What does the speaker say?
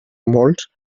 molts